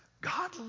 God